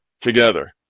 together